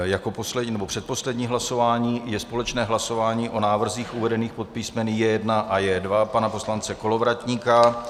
Jako předposlední hlasování je společné hlasování o návrzích uvedených pod písmeny J1 a J2 pana poslance Kolovratníka.